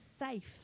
safe